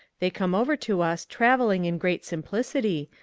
they come over to us travelling in great simplicity,